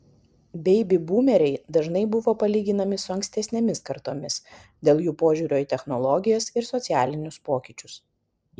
beibi būmeriai dažnai buvo palyginami su ankstesnėmis kartomis dėl jų požiūrio į technologijas ir socialinius pokyčius